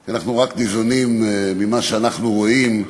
כי אנחנו ניזונים רק ממה שאנחנו רואים.